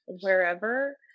wherever